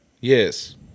Yes